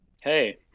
Hey